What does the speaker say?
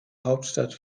hauptstadt